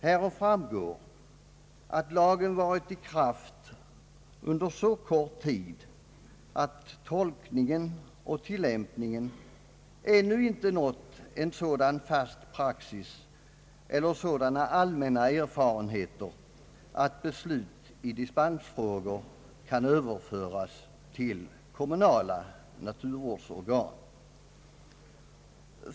Av dem framgår, att lagen varit i kraft under så kort tid att tolkningen och tillämpningen ännu inte nått en sådan fast praxis eller givit sådana allmänna erfarenheter, att beslut i dispensfrågor kan överföras till kommunala serviceorgan.